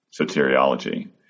soteriology